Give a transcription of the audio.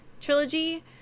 Trilogy